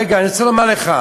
רגע, אני רוצה לומר לך: